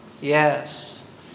Yes